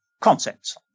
Concepts